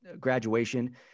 graduation